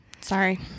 Sorry